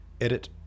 Edit